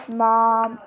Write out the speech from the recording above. mom